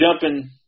jumping